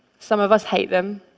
some of us hate them.